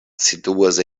situas